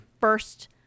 first